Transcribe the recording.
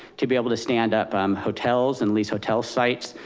to be able to stand up hotels and lease hotel sites,